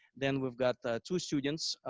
then we've got two students.